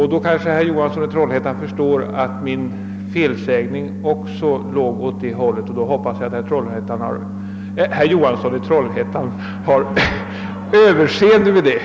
Herr Johansson i Trollhättan förstår kanske då att min felsägning också låg åt det hållet, och jag hoppas att herr Johansson har överseende med den.